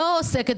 לא עוסקת?